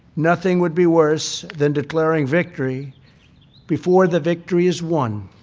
nothing would be worse than declaring victory before the victory is won.